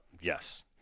yes